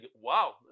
Wow